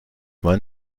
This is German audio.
man